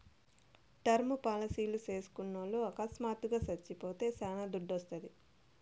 term పాలసీలు చేస్కున్నోల్లు అకస్మాత్తుగా సచ్చిపోతే శానా దుడ్డోస్తాది